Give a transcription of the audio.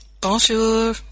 bonjour